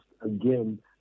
again